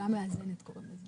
פעולה מאזנת קוראים לזה.